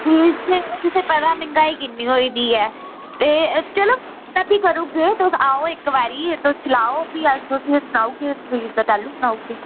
fees ते तुसें ईं पता ऐ मैंह्गाई किन्नी होई दी ऐ ते चलो एह्दा बी करी ओड़गे तुस आओ इक बारी तुस सेआओ भी अस तुसें ई सनाई ओड़गे फीस दा तैह्लूं सनाई ओड़गे